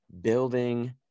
building